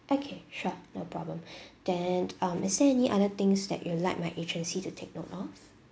okay sure no problem then um is there any other things that you like my agency to take note of